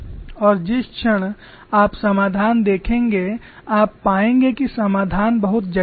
और जिस क्षण आप समाधान देखेंगे आप पाएंगे कि समाधान बहुत जटिल है